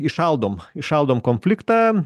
įšaldom įšaldom konfliktą